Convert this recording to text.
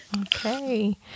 Okay